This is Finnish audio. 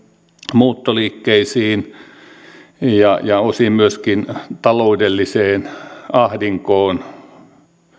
muuttoliikkeisiin ja ja osin myöskin taloudelliseen ahdinkoon